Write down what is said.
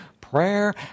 prayer